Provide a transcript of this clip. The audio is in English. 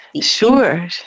Sure